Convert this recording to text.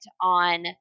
on